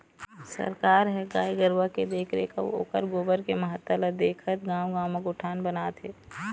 सरकार ह गाय गरुवा के देखरेख अउ ओखर गोबर के महत्ता ल देखत गाँव गाँव म गोठान बनात हे